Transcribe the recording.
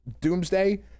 Doomsday